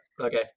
Okay